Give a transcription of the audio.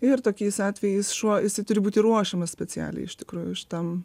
ir tokiais atvejais šuo jisai turi būti ruošiamas specialiai iš tikrųjų šitam